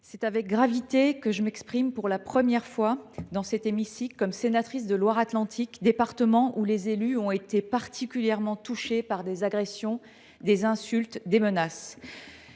c’est avec gravité que je m’exprime pour la première fois dans cet hémicycle en tant que sénatrice de la Loire Atlantique, département où les élus ont été particulièrement visés par des agressions, des insultes et des menaces.